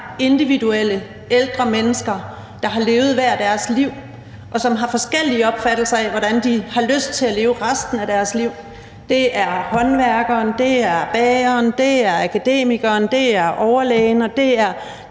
individuelle behov, som har levet hver deres liv, og som har forskellige opfattelser af, hvordan de har lyst til at leve resten af deres liv. Det er håndværkeren, det er bageren, det er akademikeren, det er overlægen, og det er